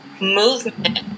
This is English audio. movement